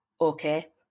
okay